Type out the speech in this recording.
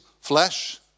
Flesh